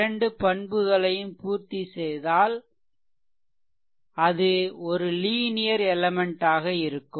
இரண்டு பண்புகளையும் பூர்த்தி செய்தால் தான் அது ஒரு லீனியர் எலெமென்ட் ஆக இருக்கும்